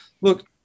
look